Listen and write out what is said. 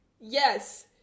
Yes